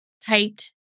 typed